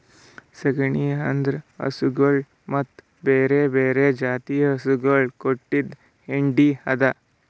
ಸಗಣಿ ಅಂದುರ್ ಹಸುಗೊಳ್ ಮತ್ತ ಬ್ಯಾರೆ ಬ್ಯಾರೆ ಜಾತಿದು ಹಸುಗೊಳ್ ಕೊಟ್ಟಿದ್ ಹೆಂಡಿ ಅದಾ